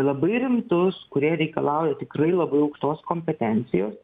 labai rimtus kurie reikalauja tikrai labai aukštos kompetencijos